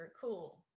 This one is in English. cool